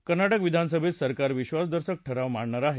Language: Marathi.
कर्नाटक विधानसभेत सरकार विश्वासदर्शक ठराव मांडणार आहे